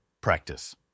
practice